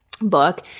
book